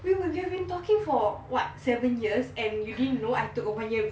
we were have been talking for what seven years and you didn't know I took a one year